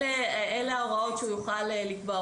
אלה ההוראות שהוא יוכל לקבוע.